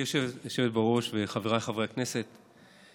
גברתי היושבת בראש וחבריי חברי הכנסת,